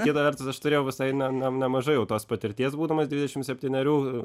kita vertus aš turėjau visai ne ne nemažai jau tos patirties būdamas dvidešimt septynerių